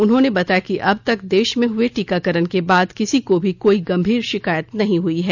उन्होंने बताया कि अब तक देश में हुए टीकाकरण के बाद किसी को भी कोई गंभीर शिकायत नहीं हुई है